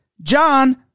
john